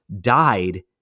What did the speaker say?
died